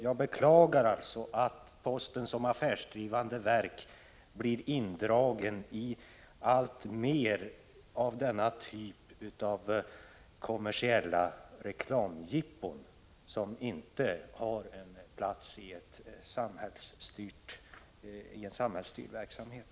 Jag beklagar att posten som affärsdrivande verk blir indragen alltmer i denna typ av kommersiella reklamjippon, som inte har någon plats i en samhällsstyrd verksamhet.